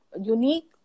unique